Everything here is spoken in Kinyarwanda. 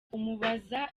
umubaza